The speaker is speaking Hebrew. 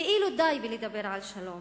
כאילו די בלדבר על שלום